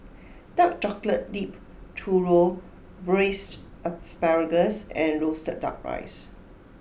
Dark Chocolate Dipped Churro Braised Asparagus and Roasted Duck Rice